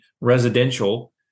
residential